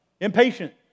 Impatient